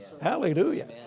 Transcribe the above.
Hallelujah